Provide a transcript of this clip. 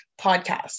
podcast